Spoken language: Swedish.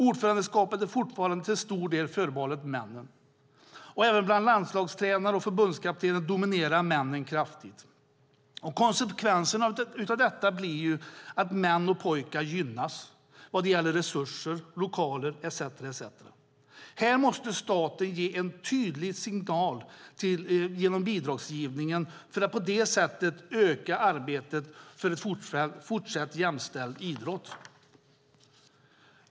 Ordförandeskapet är fortfarande till stor del förbehållet männen. Även bland landslagstränare och förbundskaptener dominerar männen kraftigt. Konsekvensen av detta blir ju att män och pojkar gynnas vad det gäller resurser, lokaler etcetera. Här måste staten ge en tydlig signal genom bidragsgivningen för att på det sättet öka arbetet för en jämställd idrott.